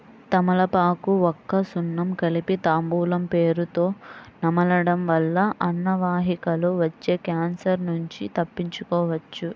తమలపాకు, వక్క, సున్నం కలిపి తాంబూలం పేరుతొ నమలడం వల్ల అన్నవాహికలో వచ్చే క్యాన్సర్ నుంచి తప్పించుకోవచ్చు